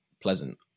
pleasant